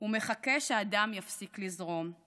"הוא מחכה שהדם יפסיק לזרום /